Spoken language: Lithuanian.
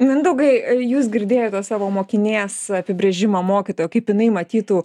mindaugai jūs girdėjote savo mokinės apibrėžimą mokytojo kaip jinai matytų